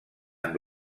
amb